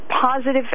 positive